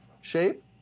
shape